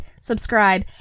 subscribe